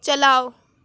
چلاؤ